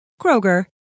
Kroger